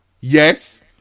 Yes